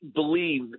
believe